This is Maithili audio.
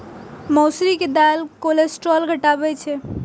मौसरी के दालि कोलेस्ट्रॉल घटाबै छै